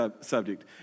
subject